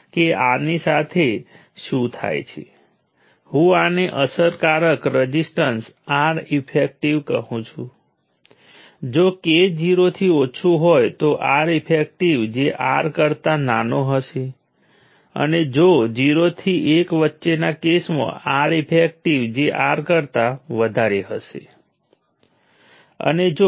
તેથી આ રેફરન્સને કારણે કોઈ અસ્પષ્ટતા નથી તમે જે પણ રેફરન્સ પસંદ કરો છો તમને એલિમેન્ટને ડીલીવર કરવામાં આવતો સમાન પાવર મળશે